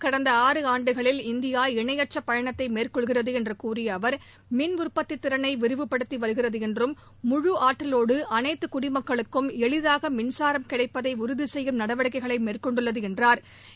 கடந்த ஆறு ஆண்டுகளில் இந்தியா இணையற்ற பயணத்தை மேற்கொள்கிறது என்று கூறிய அவர் மின் உற்பத்தி திறனை விரிவுபடுத்தி வருகிறது என்றும் முழு ஆற்றலோடு அனைத்து குடிமக்களுக்கும் எளிதாக மின்சாரம் கிடைப்பதை உறுதி செய்யும் நடவடிக்கைகளை மேற்கொண்டுள்ளது என்றா்